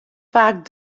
faak